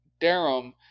Darum